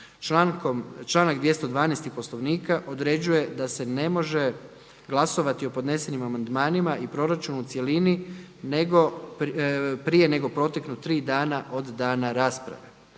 Članak 212. Poslovnika određuje da se ne može glasovati o podnesenim amandmanima i proračunu u cjelini prije nego proteknu tri dana od dana rasprave.